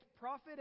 prophet